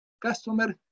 customer